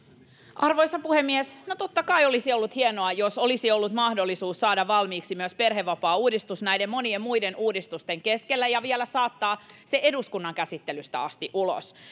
arvoisa puhemies no totta kai olisi ollut hienoa jos olisi ollut mahdollisuus saada valmiiksi myös perhevapaauudistus näiden monien muiden uudistusten keskellä ja vielä saattaa eduskunnan käsittelystä asti ulos